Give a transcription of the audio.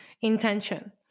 intention